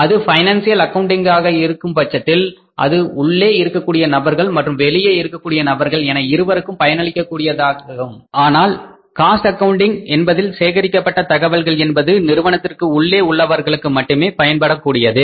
அது ஃபைனான்சியல் அக்கவுண்டிங்காக இருக்கும் பட்சத்தில் அது உள்ளே இருக்கக்கூடிய நபர்கள் மற்றும் வெளியே இருக்கக்கூடிய நபர்கள் என இருவருக்கும் பயனளிக்கக் கூடியதாகும் ஆனால் காஸ்ட் அக்கவுண்டிங் என்பதில் சேகரிக்கப்பட்ட தகவல்கள் என்பது நிறுவனத்துக்கு உள்ளே உள்ளவர்களுக்கு மட்டுமே பயன்படக்கூடியது